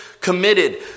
committed